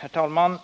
Herr talman!